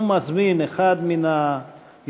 ואני מזמין אחד מן היוזמים,